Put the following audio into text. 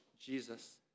Jesus